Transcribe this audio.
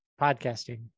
Podcasting